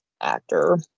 actor